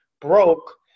broke